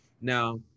now